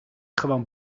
gewoon